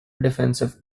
defensive